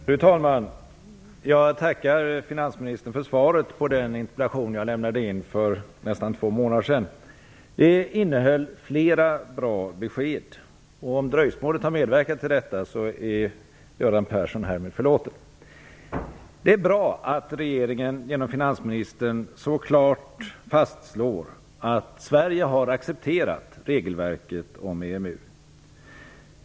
Fru talman! Jag tackar finansministern för svaret på den interpellation som jag lämnade in för nästan två månader sedan. Svaret innehöll flera bra besked. Om dröjsmålet har medverkat till detta är Göran Persson härmed förlåten. Det är bra att regeringen genom finansministern så klart fastslår att Sverige har accepterat regelverket om EMU.